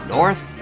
North